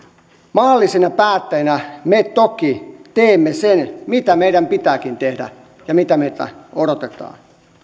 maallisina päättäjinä me toki teemme sen mitä meidän pitääkin tehdä ja mitä meiltä odotetaan